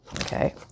Okay